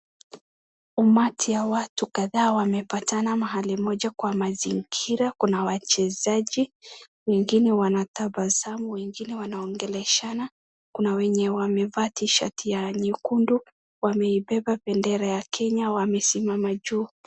Umati ya watu kadhaa wamepatana mahali moja kwa mazingira, kuna wachezaji wengine wanatabasamu, wengine wanaongeleshana. Kuna wenye wamevaa t-shirt ya nyekundu. Wameibeba bendera ya Kenya. Wamesimama juu.